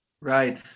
Right